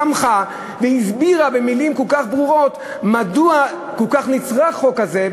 היא תמכה והסבירה במילים כל כך ברורות מדוע כל כך נצרך חוק כזה,